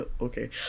okay